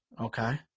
okay